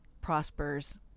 prospers